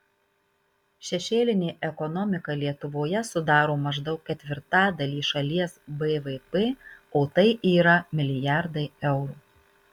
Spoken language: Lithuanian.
šešėlinė ekonomika lietuvoje sudaro maždaug ketvirtadalį šalies bvp o tai yra milijardai eurų